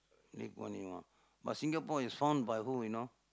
Lee Kuan Yew ah but Singapore is found by who you know